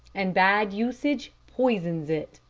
and bad usage poisons it.